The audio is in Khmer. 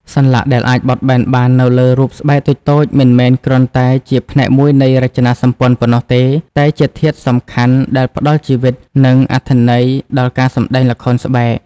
សន្លាក់ដែលអាចបត់បែនបាននៅលើរូបស្បែកតូចៗ មិនមែនគ្រាន់តែជាផ្នែកមួយនៃរចនាសម្ព័ន្ធប៉ុណ្ណោះទេ តែជាធាតុសំខាន់ដែលផ្តល់ជីវិត និងអត្ថន័យដល់ការសម្តែងល្ខោនស្បែក។